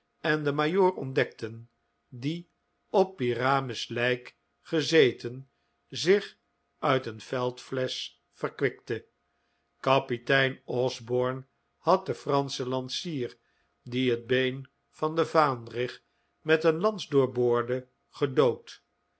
en den majoor ontdekten die op pyramus lijk gezeten zich uit een veldflesch verkwikte kapitein osborne had den franschen lansier die het been van den vaandrig met een lans doorboorde gedood